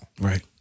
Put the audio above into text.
right